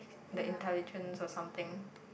the intelligence or something